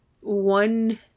one